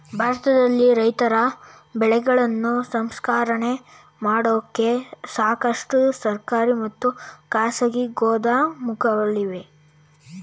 ಭಾರತದಲ್ಲಿ ರೈತರ ಬೆಳೆಗಳನ್ನು ಸಂಸ್ಕರಣೆ ಮಾಡೋಕೆ ಸಾಕಷ್ಟು ಸರ್ಕಾರಿ ಮತ್ತು ಖಾಸಗಿ ಗೋದಾಮುಗಳಿವೆ